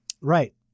Right